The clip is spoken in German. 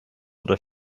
oder